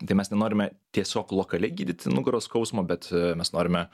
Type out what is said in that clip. tai mes nenorime tiesiog lokaliai gydyti nugaros skausmą bet mes norime